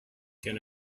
can